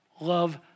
love